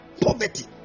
Poverty